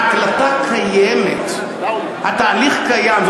ההקלטה קיימת, התהליך קיים.